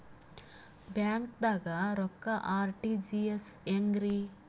ಬ್ಯಾಂಕ್ದಾಗ ರೊಕ್ಕ ಆರ್.ಟಿ.ಜಿ.ಎಸ್ ಹೆಂಗ್ರಿ?